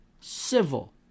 Civil